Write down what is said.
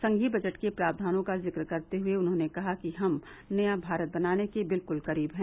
संघीय बजट के प्रावधानों का जिक्र करते हुए उन्होंने कहा कि हम नया भारत बनाने के बिल्कुल करीब हैं